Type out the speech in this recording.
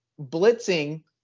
blitzing